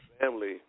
family